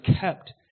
kept